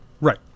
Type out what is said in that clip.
Right